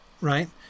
right